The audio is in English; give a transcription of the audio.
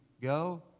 go